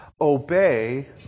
obey